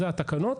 אלה התקנות,